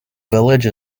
village